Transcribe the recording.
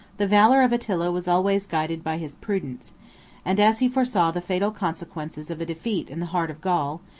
the valor of attila was always guided by his prudence and as he foresaw the fatal consequences of a defeat in the heart of gaul,